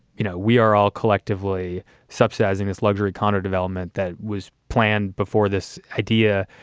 you know, we are all collectively subsidizing his luxury condo development that was planned before this idea.